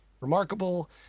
remarkable